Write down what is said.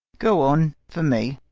go on, for me.